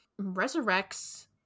resurrects